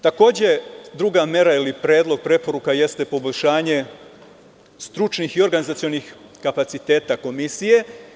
Takođe, druga mera ili predlog preporuka jeste poboljšanje stručnih i organizacionih kapaciteta komisije.